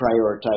prioritize